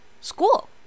school